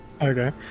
Okay